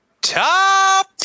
top